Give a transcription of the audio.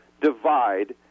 divide